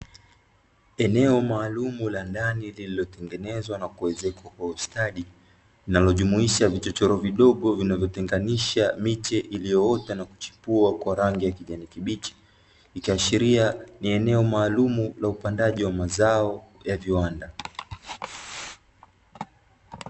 Eneo maalumu la ndani lililotengenezwa na kuezekwa kwa ustadi linalo jumisha vichochoro vidogo vinavyotenganisha miche iliyoota na kuchipua kwa rangi ya kijani kibichi ikiashiria ni eneo maalumu la upandaji wa mazao ya viwanda.